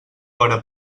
hora